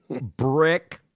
brick